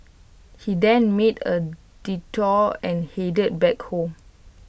he then made A detour and headed back home